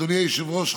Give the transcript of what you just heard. אדוני היושב-ראש,